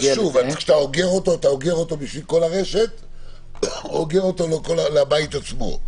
כשאתה אוגר אותו אתה אוגר אותו בשביל כל הרשת או אוגר אותו לבית עצמו?